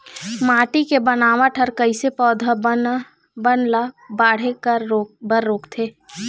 माटी के बनावट हर कइसे पौधा बन ला बाढ़े बर रोकथे?